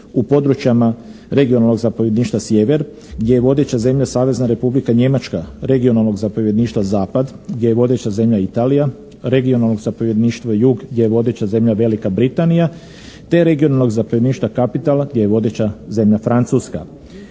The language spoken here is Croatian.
u područjima regionalnog zapovjedništva sjever gdje je vodeća zemlja Savezna Republika Njemačka, regionalnog zapovjedništva zapad gdje je vodeća zemlja Italija, regionalnog zapovjedništva jug gdje je vodeća zemlja Velika Britanija te regionalnog zapovjedništva kapital gdje je vodeća zemlja Francuska.